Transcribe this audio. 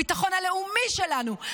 הביטחון הלאומי שלנו,